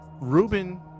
Ruben